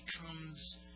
becomes